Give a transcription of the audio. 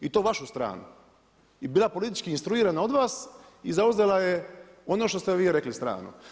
I to vašu stranu i bila politička instruirana od vas i zauzela je ono što ste vi rekli stranu.